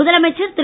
முதலமைச்சர் திரு